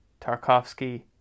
Tarkovsky